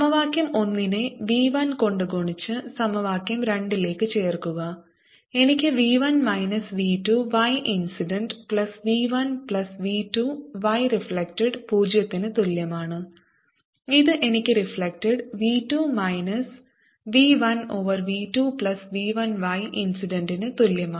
സമവാക്യം 1 നെ v 1 കൊണ്ട് ഗുണിച്ച് സമവാക്യo 2 ലേക്ക് ചേർക്കുക എനിക്ക് v 1 minus v 2 y incident plus v 1 plus v 2 y reflected 0 ന് തുല്യമാണ് ഇത് എനിക്ക് y reflected v 2 minus v 1 over v 2 plus v 1 y incident ന് തുല്യമാണ്